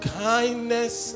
kindness